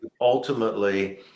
ultimately